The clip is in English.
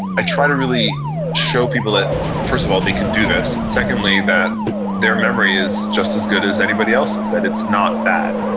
i try to really show people that first of all, they could do this, and secondly that their memory is just as good as anybody else's, that it's not bad.